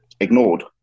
ignored